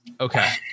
Okay